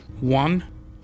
One